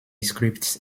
scripts